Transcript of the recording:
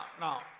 now